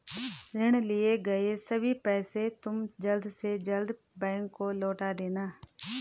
ऋण लिए गए सभी पैसे तुम जल्द से जल्द बैंक को लौटा देना